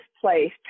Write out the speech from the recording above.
place